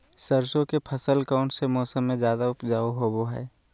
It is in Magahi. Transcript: सरसों के फसल कौन मौसम में ज्यादा उपजाऊ होबो हय?